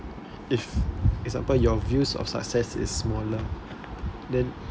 if example your views of success is smaller then